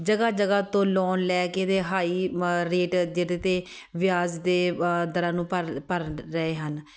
ਜਗ੍ਹਾ ਜਗ੍ਹਾ ਤੋਂ ਲੋਨ ਲੈ ਕੇ ਅਤੇ ਹਾਈ ਵਾ ਰੇਟ ਜਿਹਦੇ 'ਤੇ ਵਿਆਜ ਦੇ ਦਰਾਂ ਨੂੰ ਭਰ ਭਰ ਰਹੇ ਹਨ